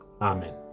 Amen